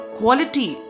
quality